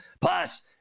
Plus